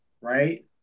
right